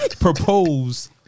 propose